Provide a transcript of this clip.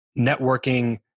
networking